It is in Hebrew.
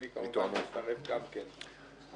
אני מצטרף כמובן גם כן להצעה.